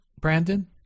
Brandon